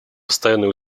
постоянные